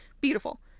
beautiful